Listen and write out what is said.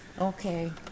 Okay